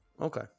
Okay